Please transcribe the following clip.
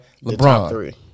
LeBron